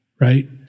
right